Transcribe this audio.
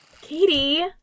Katie